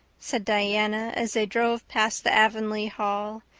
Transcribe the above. said diana, as they drove past the avonlea hall,